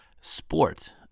sport